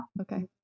Okay